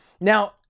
Now